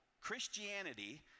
Christianity